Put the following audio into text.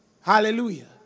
Hallelujah